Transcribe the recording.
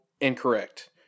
incorrect